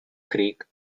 creek